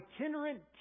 itinerant